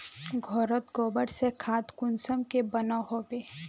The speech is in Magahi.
घोरोत गबर से खाद कुंसम के बनो होबे?